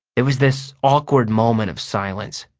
there was this awkward moment of silence.